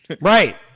Right